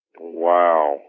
Wow